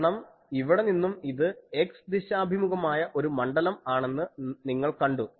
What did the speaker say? കാരണം ഇവിടെ നിന്നും ഇത് x ദിശാഭിമുഖമായ ഒരു മണ്ഡലം ആണെന്ന് നിങ്ങൾ കണ്ടു